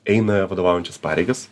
eina vadovaujančias pareigas